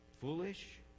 Foolish